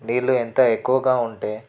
నీళ్ళు ఎంత ఎక్కువగా ఉంటే